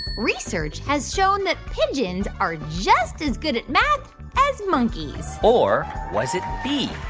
research has shown that pigeons are just as good at math as monkeys? or was it b,